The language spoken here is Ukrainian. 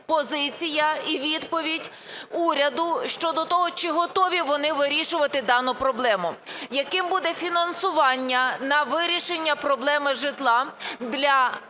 позиція і відповідь уряду щодо того, чи готові вони вирішувати дану проблему, яким буде фінансування на вирішення проблеми житла для